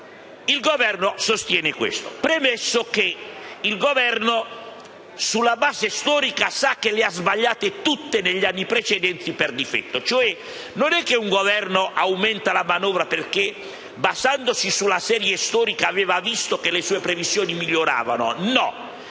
il Governo sostiene questo. Premetto che il Governo, sulla base storica, sa che ha sbagliato tutte le previsioni negli anni precedenti per difetto, non è che un Governo aumenta la manovra perché, basandosi sulla serie storica, ha visto che le sue previsioni miglioravano. Nel